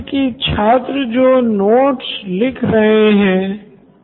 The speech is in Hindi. Siddharth Maturi CEO Knoin electronics लेकिन शैक्षणिक ही तो सिर्फ अधिगम की पूरी अवधारणा नहीं है